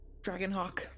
Dragonhawk